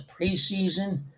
preseason